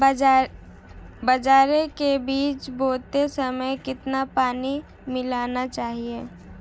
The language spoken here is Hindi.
बाजरे के बीज बोते समय कितना पानी मिलाना चाहिए?